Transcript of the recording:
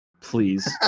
Please